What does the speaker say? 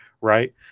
right